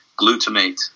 glutamate